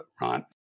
right